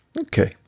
Okay